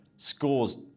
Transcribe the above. Scores